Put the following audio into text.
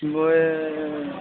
মই